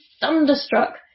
thunderstruck